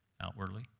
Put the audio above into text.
outwardly